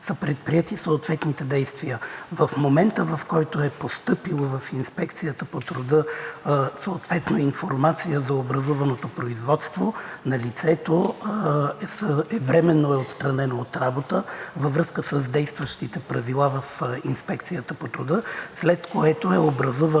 предприети съответните действия. В момента, в който е постъпила в „Инспекцията по труда“ съответно информация за образуваното производство, лицето временно е отстранено от работа във връзка с действащите правила в Инспекцията по труда, след което е образувано